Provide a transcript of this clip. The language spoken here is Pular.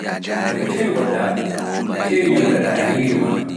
Daga toye ngonɗaa, e toye nyaamrataa nyiiri maa?